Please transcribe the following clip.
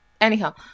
Anyhow